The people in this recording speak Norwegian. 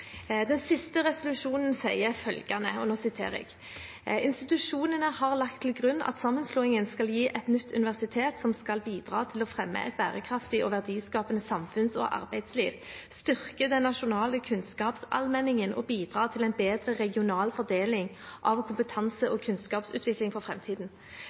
Den første resolusjonen sier følgende: «Institusjonene har lagt til grunn at sammenslåingen skal gi et nytt universitet, som skal bidra til å fremme et bærekraftig og verdiskapende samfunns- og arbeidsliv, styrke den nasjonale kunnskapsallmenningen og bidra til en bedre regional fordeling av kompetanse og kunnskapsutvikling for fremtiden.